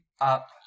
up